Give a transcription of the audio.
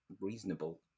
reasonable